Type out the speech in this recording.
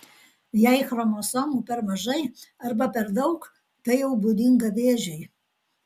jei chromosomų per mažai arba per daug tai jau būdinga vėžiui